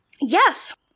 Yes